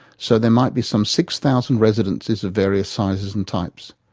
so there might be some six thousand residences of various sizes and types.